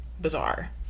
bizarre